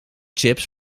chips